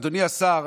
אדוני השר,